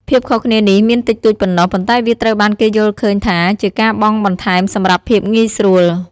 ភាពខុសគ្នានេះមានតិចតួចប៉ុណ្ណោះប៉ុន្តែវាត្រូវបានគេយល់ឃើញថាជាការបង់បន្ថែមសម្រាប់ភាពងាយស្រួល។